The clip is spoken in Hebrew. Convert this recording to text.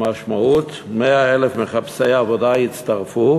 המשמעות, 100,000 מחפשי עבודה יצטרפו